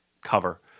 cover